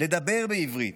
לדבר בעברית,